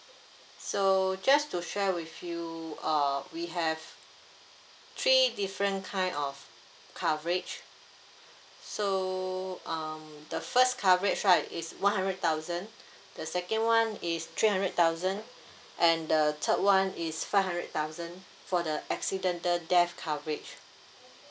so just to share with you uh we have three different kind of coverage so um the first coverage right is one hundred thousand the second one is three hundred thousand and the third one is five hundred thousand for the accidental death coverage